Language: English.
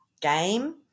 game